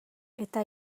eta